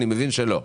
אני מבין שלא.